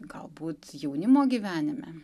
galbūt jaunimo gyvenime